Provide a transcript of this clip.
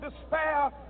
despair